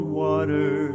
water